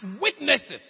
witnesses